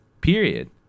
period